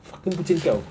fucking 不见掉